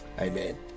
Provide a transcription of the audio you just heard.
amen